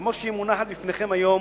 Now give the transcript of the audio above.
כמו שהיא מונחת לפניכם היום,